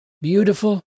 beautiful